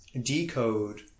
decode